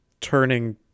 turning